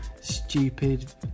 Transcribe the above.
stupid